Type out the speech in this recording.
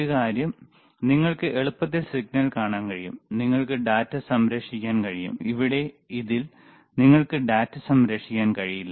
ഒരു കാര്യം നിങ്ങൾക്ക് എളുപ്പത്തിൽ സിഗ്നൽ കാണാൻ കഴിയും നിങ്ങൾക്ക് ഡാറ്റ സംരക്ഷിക്കാൻ കഴിയും ഇവിടെ ഇതിൽ നിങ്ങൾക്ക് ഡാറ്റ സംരക്ഷിക്കാൻ കഴിയില്ല